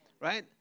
right